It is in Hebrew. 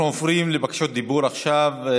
אנחנו עוברים לבקשות דיבור עכשיו.